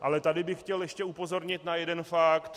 Ale tady bych chtěl ještě upozornit na jeden fakt.